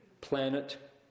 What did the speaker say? planet